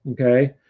okay